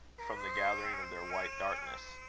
from the gathering of their white darkness.